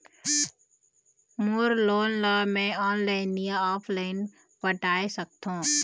मोर loan ला मैं online या ऑफलाइन पटाए सकथों?